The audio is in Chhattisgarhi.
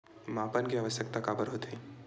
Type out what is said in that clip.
मापन के आवश्कता काबर होथे?